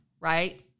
right